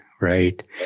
Right